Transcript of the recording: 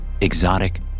exotic